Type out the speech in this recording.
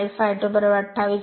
65 40 28